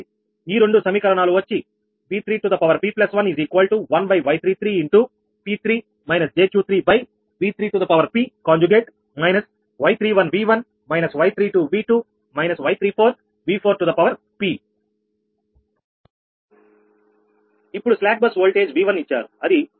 ఈ రెండు సమీకరణాలు వచ్చి V3p11Y33 P3 jQ3 Y31 V1 Y32 V2 Y34 V4 ఇప్పుడు స్లాక్ బస్ ఓల్టేజ్ V1 ఇచ్చారు అది 1